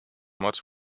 much